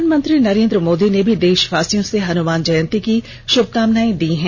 प्रधानमंत्री नरेन्द्र मोदी ने भी देषवासियों को हनुमान जयन्ती की षुभकामनाएं दी हैं